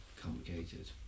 complicated